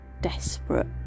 desperate